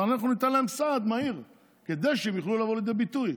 אנחנו ניתן להם סעד מהיר כדי שיוכלו לבוא לידי ביטוי.